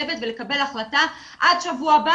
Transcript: אני קוראת לשרה אורלי לוי אבקסיס להיות אתנו בקשר.